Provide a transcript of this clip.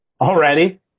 Already